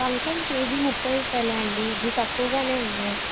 వంకాయలు కేజీ ముప్ఫై రూపాయలే అండి ఇవి తక్కువగానే ఉన్నాయి